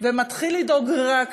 ומתחיל לדאוג רק לעצמו,